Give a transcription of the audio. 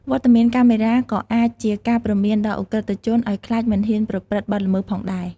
វត្តមានកាមេរ៉ាក៏អាចជាការព្រមានដល់ឧក្រិដ្ឋជន ឲ្យខ្លាចមិនហ៊ានប្រព្រឹត្តបទល្មើសផងដែរ។